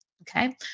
okay